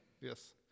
Yes